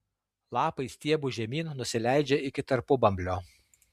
lapai stiebu žemyn nusileidžia iki tarpubamblio